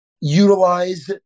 utilize